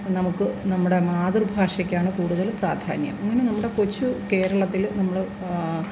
നമുക്ക് നമ്മുടെ മാതൃഭാഷയ്ക്കാണ് കൂടുതൽ പ്രാധാന്യം അങ്ങനെ നമ്മുടെ കൊച്ചു കേരളത്തില് നമ്മള്